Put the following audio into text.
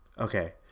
Okay